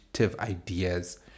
ideas